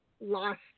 lost